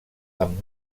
amb